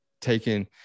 taken